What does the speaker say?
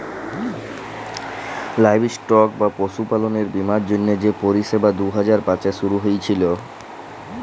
livestock বা পশুপাললের বীমার জ্যনহে যে পরিষেবা দু হাজার পাঁচে শুরু হঁইয়েছিল